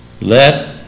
Let